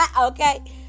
okay